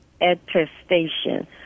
attestation